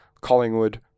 Collingwood